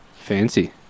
Fancy